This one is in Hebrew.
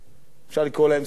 אפשר לקרוא להם סוציאליסטיים,